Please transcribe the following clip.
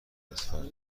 لطفا